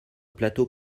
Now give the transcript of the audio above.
plateau